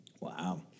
Wow